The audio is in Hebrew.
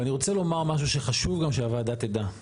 ואני רוצה לומר משהו שחשוב גם שהוועדה תדע.